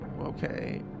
okay